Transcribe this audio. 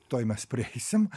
tuoj mes prieisim